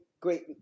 great